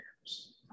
years